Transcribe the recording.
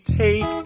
take